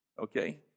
okay